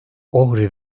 ohri